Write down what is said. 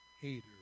haters